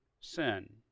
sin